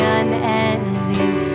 unending